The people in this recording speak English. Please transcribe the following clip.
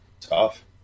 tough